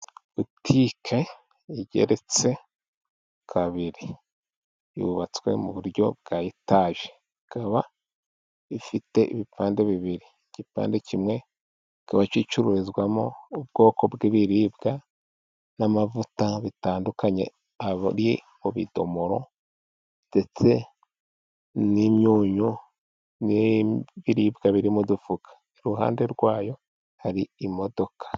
Butike igeretse kabiri, yubatswe mu buryo bwa etaje, ikaba ifite ibipande bibiri. Igipande kimwe kikaba gicururizwamo ubwoko bw'ibiribwa n'amavuta bitandukanye, aba ari mu bidomoro ndetse n'imyunyu n'ibiribwa biri mu dufuka, iruhande rwayo hari imodoka.